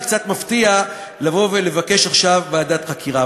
קצת מפתיע לבוא ולבקש עכשיו ועדת חקירה.